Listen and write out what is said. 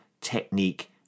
technique